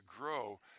grow